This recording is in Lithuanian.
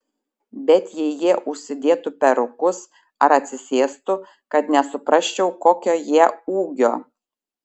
bet jei jie užsidėtų perukus ar atsisėstų kad nesuprasčiau kokio jie ūgio